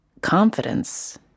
confidence